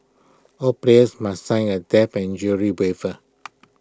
all players must sign A death and injury waiver